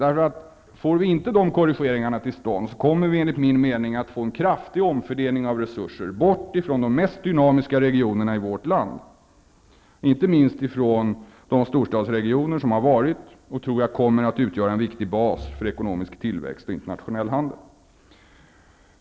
Kommer inte de korrigeringarna till stånd kommer vi, enligt min mening, att få ett system med kraftig omfördelning av resurser bort från de mest dynamiska regionerna i vårt land -- inte minst från de storstadsregioner som har varit och kommer att utgöra en viktig bas för ekonomisk tillväxt och internationell handel.